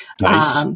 Nice